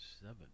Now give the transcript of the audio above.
Seven